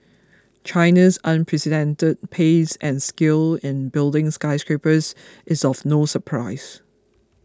China's unprecedented pace and scale in building skyscrapers is of no surprise